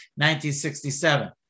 1967